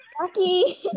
Rocky